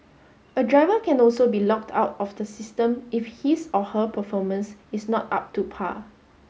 a driver can also be locked out of the system if his or her performance is not up to par